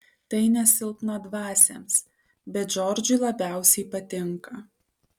tai ne silpnadvasiams bet džordžui labiausiai patinka